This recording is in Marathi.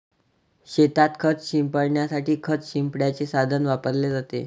शेतात खत शिंपडण्यासाठी खत शिंपडण्याचे साधन वापरले जाते